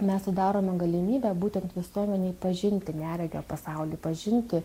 mes sudarome galimybę būtent visuomenei pažinti neregio pasaulį pažinti